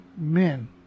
men